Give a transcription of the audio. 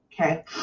Okay